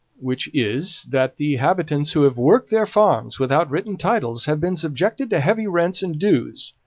which is that the habitants who have worked their farms without written titles have been subjected to heavy rents and dues,